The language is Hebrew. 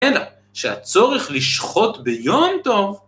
‫אלא שהצורך לשחוט ביום טוב...